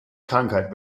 krankheit